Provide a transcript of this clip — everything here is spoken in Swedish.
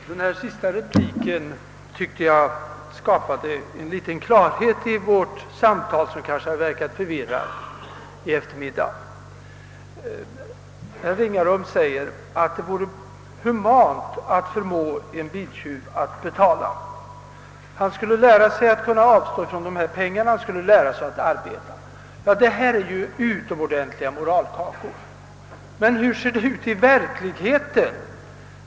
Herr talman! Denna senaste replik skapade en smula klarhet i vårt samtal i eftermiddag, som kanske har verkat förvirrande. Herr Ringaby menar att det vore humant att förmå en biltjuv att betala. Han skulle lära sig att avstå från dessa pengar, han skulle lära sig att arbeta. Detta är utomordentliga moralkakor, men hur ser det ut i verkligheten?